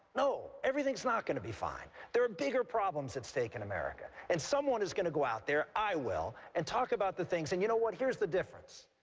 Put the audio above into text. no, everything's not going to be fine. there are bigger problems at stake in america. and someone has got to go out there i will and talk about the things. and you know what? here's the difference.